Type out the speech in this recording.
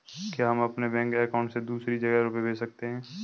क्या हम अपने बैंक अकाउंट से दूसरी जगह रुपये भेज सकते हैं?